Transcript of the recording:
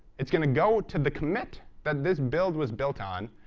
it's going to go to the commit that this build was built on,